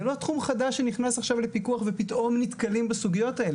זה לא תחום חדש שנכנס עכשיו לפיקוח ופתאום נתקלים בסוגיות האלה.